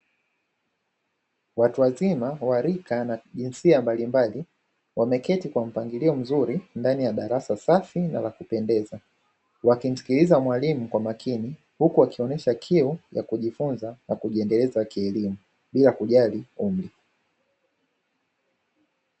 Watu wazima wa rika na jinsia mbalimbali, wameketi kwa mpangilio mzuri ndani ya darasa safi na la kupendeza, wakimsikiliza mwalimu kwa makini, huku wakionyesha kiu ya kujifunza na kijiendeleza kielimu bila kujali umri.